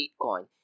Bitcoin